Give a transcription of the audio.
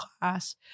class